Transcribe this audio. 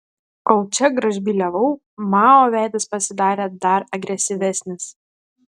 kol čia gražbyliavau mao veidas pasidarė dar agresyvesnis